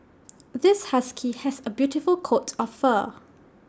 this husky has A beautiful coat of fur